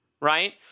right